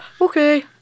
Okay